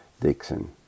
Dixon